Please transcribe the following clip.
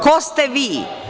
Ko ste vi?